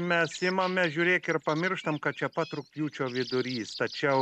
mes imame žiūrėk ir pamirštam kad čia pat rugpjūčio vidurys tačiau